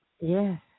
Yes